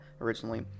originally